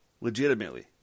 Legitimately